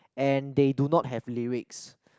and they do not have lyrics